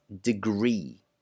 degree